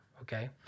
Okay